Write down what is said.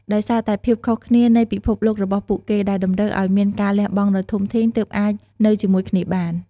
ដោយសារតែភាពខុសគ្នានៃពិភពលោករបស់ពួកគេ ដែលតម្រូវឱ្យមានការលះបង់ដ៏ធំធេងទើបអាចនៅជាមួយគ្នាបាន ។